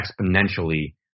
exponentially